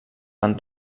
van